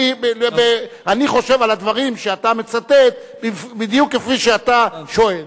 אני חושב על הדברים שאתה מצטט בדיוק כפי שאתה שואל.